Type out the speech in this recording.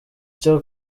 cya